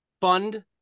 fund